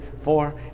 four